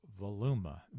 Voluma